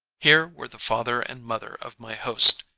here were the father and mother of my host,